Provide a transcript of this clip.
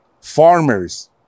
farmers